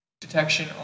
detection